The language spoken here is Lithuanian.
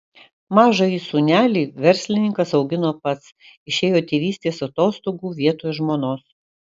mažąjį sūnelį verslininkas augino pats išėjo tėvystės atostogų vietoj žmonos